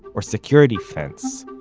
or security fence.